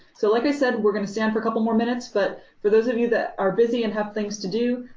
so like i said, we're going to stay and for a couple more minutes, but for those of you that are busy and have things to do,